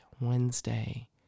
Wednesday